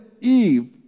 Eve